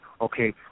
okay